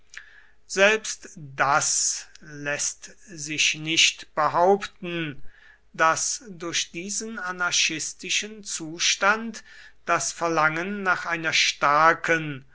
selbst das läßt sich nicht behaupten daß durch diesen anarchistischen zustand das verlangen nach einer starken